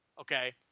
Okay